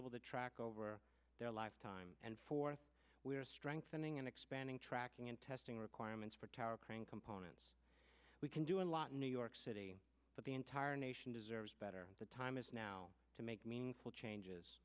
able to track over their lifetime and for we are strengthening and expanding tracking and testing requirements for tower crane components we can do a lot in new york city the entire nation deserves better the time is now to make meaningful changes